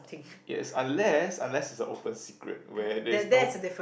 yes unless unless it's a open secret where there's no